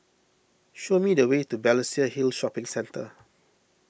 show me the way to Balestier Hill Shopping Centre